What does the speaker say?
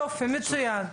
יופי, מצוין.